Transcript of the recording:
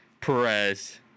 perez